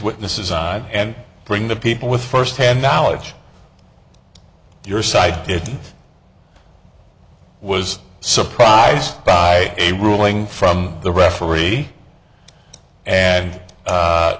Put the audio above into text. witnesses on and bring the people with firsthand knowledge your side was surprised by a ruling from the referee and